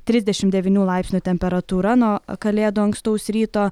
trisdešim devynių laipsnių temperatūra nuo kalėdų ankstaus ryto